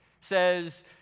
says